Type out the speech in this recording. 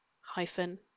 hyphen